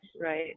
right